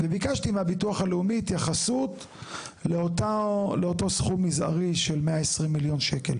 וביקשתי מהביטוח הלאומי התייחסות לאותו סכום מזערי של 120 מיליון שקלים.